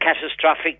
catastrophic